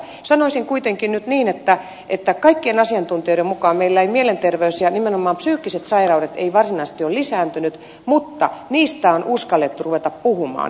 sanoisin kuitenkin nyt niin että kaikkien asiantuntijoiden mukaan meillä eivät mielenterveys ja nimenomaan psyykkiset sairaudet varsinaisesti ole lisääntyneet mutta niistä on uskallettu ruveta puhumaan